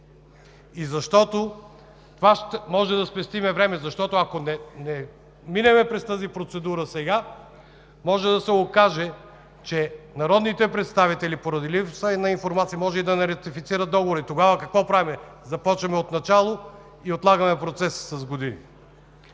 посока. Може и да спестим време, защото ако не минем през тази процедура сега, може да се окаже, че народните представители поради липса на информация може и да не ратифицират договора. Тогава какво правим? Започваме отначало и отлагаме процеса с години.